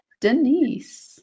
Denise